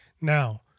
Now